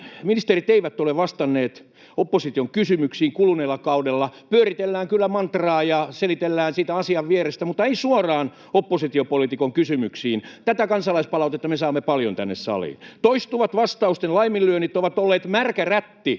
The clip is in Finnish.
ministerit eivät ole vastanneet opposition kysymyksiin kuluneella kaudella. Pyöritellään kyllä mantraa ja selitellään siitä asian vierestä, mutta ei suoraan oppositiopoliitikon kysymyksiin. Tätä kansalaispalautetta me saamme paljon tänne saliin. Toistuvat vastausten laiminlyönnit ovat olleet märkä rätti